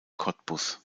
cottbus